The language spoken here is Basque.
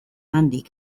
handik